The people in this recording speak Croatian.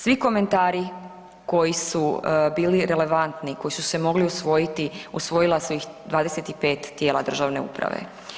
Svi komentari koji su bili relevantni koji su se mogli usvojiti, usvojila su ih 25 tijela državne uprave.